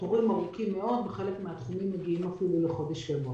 התורים ארוכים מאוד ובחלק מהתחומים מגיעים אפילו לחודש.